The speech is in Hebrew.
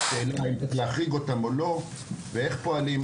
בעניין הזה של האם להחריג אותם או לא ואיך אנחנו פועלים במצב הזה.